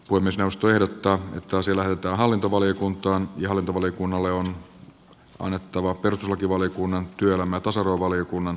on myös jos pelottaa tosilöytöhallintovaliokuntaan jolle tasa arvovaliokunnan on annettava perustuslakivaliokunnan työhönotto sanoo valiokunnan